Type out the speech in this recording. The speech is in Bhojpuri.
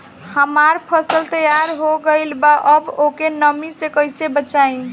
हमार फसल तैयार हो गएल बा अब ओके नमी से कइसे बचाई?